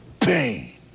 pain